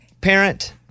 Parent